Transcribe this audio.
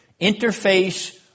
interface